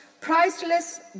priceless